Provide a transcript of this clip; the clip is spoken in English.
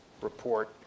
report